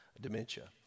dementia